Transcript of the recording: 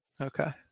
Okay